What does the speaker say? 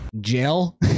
Jail